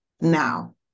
now